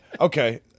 Okay